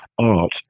Art